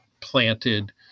planted